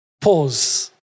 pause